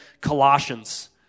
Colossians